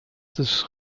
des